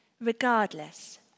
regardless